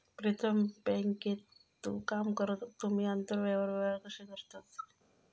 प्रीतम तु बँकेत काम करतस तुम्ही आंतरबँक व्यवहार कशे करतास?